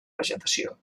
vegetació